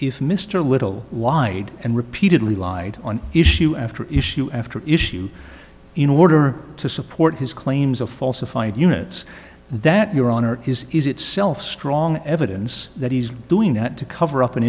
if mr little lied and repeatedly lied on issue after issue after issue in order to support his claims of falsified units that your honor is is itself strong evidence that he's doing that to cover up an